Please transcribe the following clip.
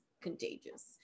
contagious